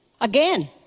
Again